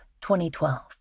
2012